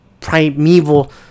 primeval